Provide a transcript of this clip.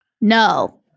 No